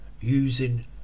using